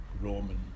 roman